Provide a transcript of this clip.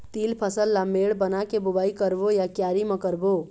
तील फसल ला मेड़ बना के बुआई करबो या क्यारी म करबो?